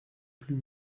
plus